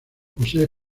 posee